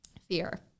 fear